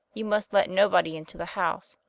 you must let nobody into the house.